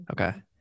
Okay